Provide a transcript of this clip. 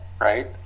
right